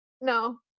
no